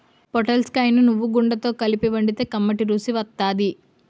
పొటల్స్ కాయలను నువ్వుగుండతో కలిపి వండితే కమ్మటి రుసి వత్తాది